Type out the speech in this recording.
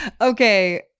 okay